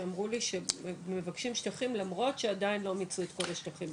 שאמרו לי שהם מבקשים שטחים למרות שעדיין לא מיצו את כל השטחים.